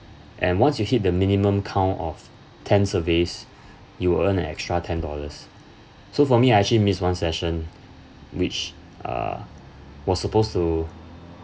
and once you hit the minimum count of ten surveys you earn an extra ten dollars so for me I actually miss one session which uh was supposed to